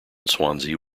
swansea